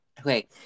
Okay